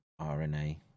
RNA